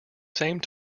same